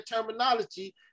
terminology